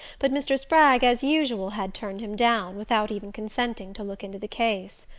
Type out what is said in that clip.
but mr. spragg, as usual, had turned him down, without even consenting to look into the case.